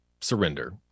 Surrender